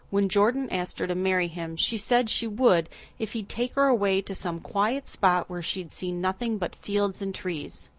when jordan asked her to marry him she said she would if he'd take her away to some quiet spot where she'd see nothing but fields and trees.